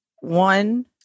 one